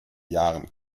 jahren